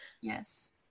Yes